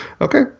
Okay